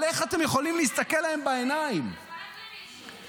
כי הגרושים האלה חשובים כדי לחלק למישהו.